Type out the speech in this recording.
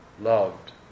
loved